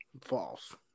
False